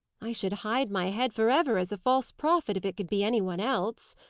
i should hide my head for ever as a false prophet if it could be any one else,